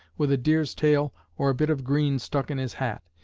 with a deer's tail or bit of green stuck in his hat.